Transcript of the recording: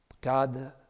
God